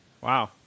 Wow